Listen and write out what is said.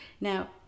Now